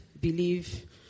believe